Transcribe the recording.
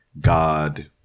god